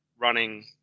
running